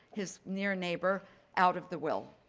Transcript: his near neighbor out of the will.